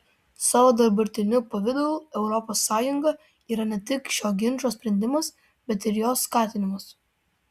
savo dabartiniu pavidalu europos sąjunga yra ne tik šio ginčo sprendimas bet ir jo skatinimas